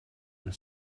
and